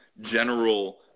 general